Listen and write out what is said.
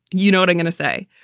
you know what i'm going to say?